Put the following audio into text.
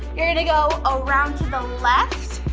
you're going to go around to the left,